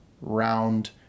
round